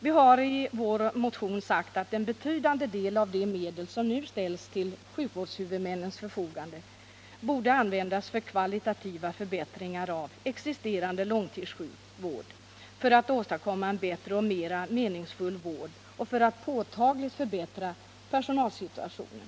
Vi har i vår motion sagt att en betydande del av de medel som nu ställs till sjukvårdshuvudmännens förfogande borde användas för kvalitativa förbättringar av existerande långtidssjukvård — för att åstadkomma en bättre och mera meningsfull vård och för att påtagligt förbättra personalsituationen.